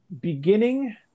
beginning